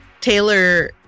Taylor